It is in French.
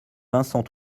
vincent